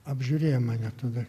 apžiūrėjo mane tada